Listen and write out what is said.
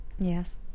Yes